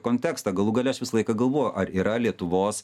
kontekstą galų gale aš visą laiką galvoju ar yra lietuvos